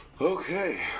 okay